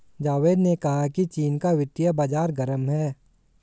जावेद ने कहा कि चीन का वित्तीय बाजार गर्म है